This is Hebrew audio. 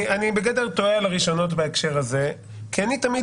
אני בגדר תוהה על הראשונות בהקשר הזה כי אני תמיד